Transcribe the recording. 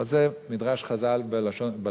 אבל זה מדרש חז"ל בדרוש,